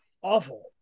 awful